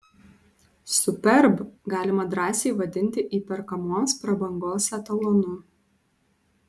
superb galima drąsiai vadinti įperkamos prabangos etalonu